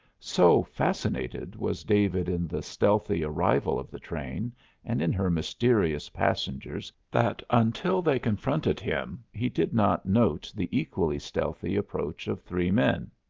so fascinated was david in the stealthy arrival of the train and in her mysterious passengers that, until they confronted him, he did not note the equally stealthy approach of three men.